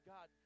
God